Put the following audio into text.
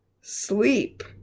sleep